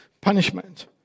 punishment